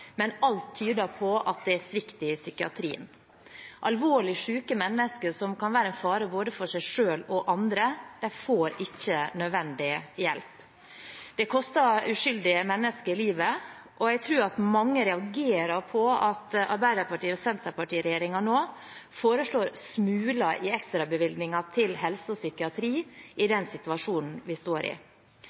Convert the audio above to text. men alt tyder på at det er svikt i psykiatrien. Alvorlig syke mennesker som kan være en fare både for seg selv og andre, får ikke nødvendig hjelp. Det koster uskyldige mennesker livet, og jeg tror at mange reagerer på at Arbeiderparti–Senterparti-regjeringen nå foreslår smuler i ekstrabevilgningen til helse og psykiatri, i den situasjonen vi står i.